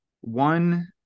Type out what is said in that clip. one